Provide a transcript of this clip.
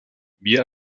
wir